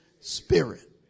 spirit